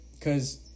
Cause